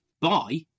Bye